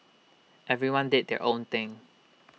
everyone did their own thing